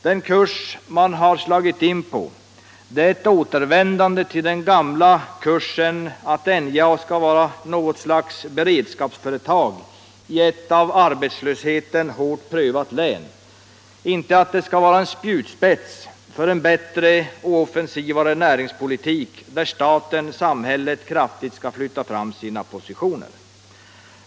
Den kurs man nu slår in på är ett återvändande till den gamla kursen att NJA skall vara något slags beredskapsföretag i ett av arbetslösheten hårt prövat län, inte en spjutspets för en bättre och offensivare näringspolitik, där staten, samhället, kraftigt skall flytta fram sina positioner.